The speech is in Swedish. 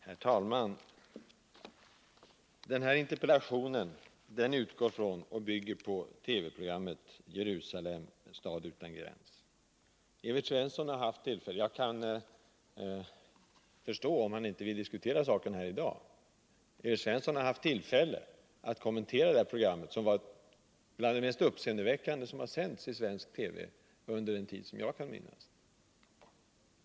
Herr talman! Interpellationen utgår från och bygger på TV-programmet Jerusalem — stad utan gräns. Jag kan förstå om Evert Svensson inte vill diskutera den saken här i dag, men han har haft tillfälle att kommentera det programmet, som var bland det mest uppseendeväckande som har sänts i svensk TV, under den tid jag kan minnas.